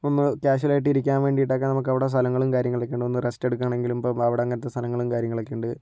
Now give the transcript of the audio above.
ഒന്ന് കാഷ്വലായിട്ട് ഇരിക്കാൻ വേണ്ടിയിട്ടൊക്കെ നമ്മൾക്കവിടെ സ്ഥലങ്ങളും കാര്യങ്ങളൊക്കെ ഉണ്ട് ഒന്ന് റെസ്റ്റെടുക്കണമെങ്കിലും ഇപ്പം അവിടെ അങ്ങനത്തെ സ്ഥലങ്ങളും കാര്യങ്ങളൊക്കെ ഉണ്ട്